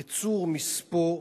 ייצור מספוא,